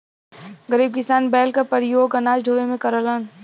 गरीब किसान बैल क परियोग अनाज ढोवे में करलन